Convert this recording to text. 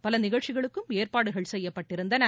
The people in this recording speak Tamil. பல நிகழ்ச்சிகளுக்கும் ஏற்பாடுகள் செய்யப்பட்டிருந்தன